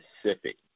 specific